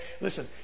Listen